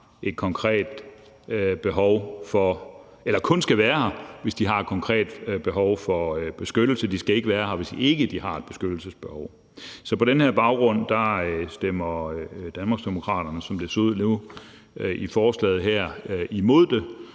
skal i vores optik kun være her, hvis de har et konkret behov for beskyttelse. De skal ikke være her, hvis ikke de har et beskyttelsesbehov. Så på den her baggrund stemmer Danmarksdemokraterne, som det ser ud nu, imod forslaget her. Som sagt